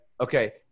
okay